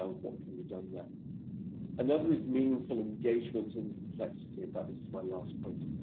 um what can be done that another is meaningful engagement in complexity. but this is my last point.